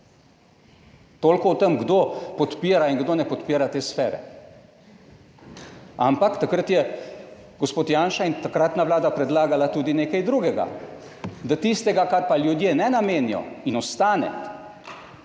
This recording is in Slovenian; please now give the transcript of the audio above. Toliko o tem kdo podpira in kdo ne podpira te sfere. Ampak takrat je gospod Janša in takratna vlada predlagala tudi nekaj drugega, da tistega, kar pa ljudje ne namenijo in ostane,